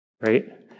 right